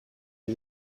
des